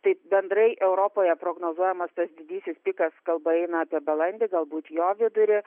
tai bendrai europoje prognozuojamas tas didysis pikas kalba eina apie balandį galbūt jo vidurį